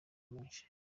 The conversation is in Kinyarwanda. menshi